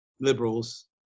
liberals